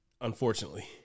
Unfortunately